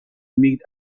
meet